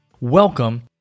Welcome